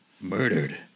murdered